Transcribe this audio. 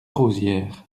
rosières